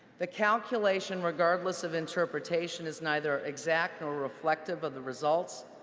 the calculation, regardless of interpretation, is neither exact or reflective of the results.